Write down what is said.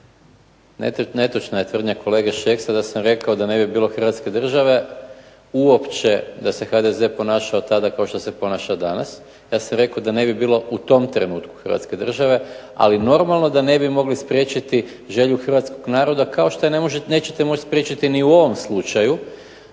Netočna je tvrdnja kolege Šeksa da sam rekao da ne bi bilo države Hrvatske, uopće da se HDZ ponašao tada kao što se ponaša danas, ja sam rekao da ne bi bilo u tom trenutku Hrvatske države, ali normalno da ne bi mogli spriječiti volju Hrvatsku naroda kao što nećete moći spriječiti u ovom slučaju